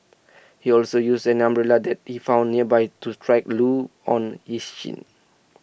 he also used an umbrella that he found nearby to strike Loo on his shin